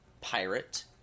Pirate